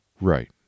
Right